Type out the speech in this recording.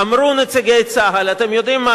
אמרו נציגי צה"ל: אתם יודעים מה,